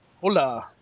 Hola